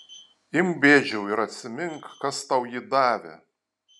imk bėdžiau ir atsimink kas tau jį davė